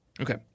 okay